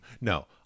no